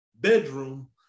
bedroom